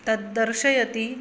तद्दर्शयति